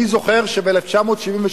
אני זוכר שב-1976,